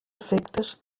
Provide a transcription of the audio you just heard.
efectes